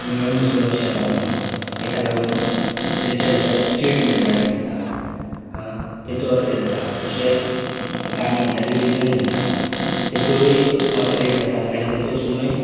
मेळून मिसळून अशे रावना ताका लागून तांच्या भितर चीड निर्माण एक जाता हा तातोर हें जाता तशेंच आतां आमी म्हणटा रिलिजन म्हणटा तातुरूय मतभेद जातात आनी तेतुरसुनूय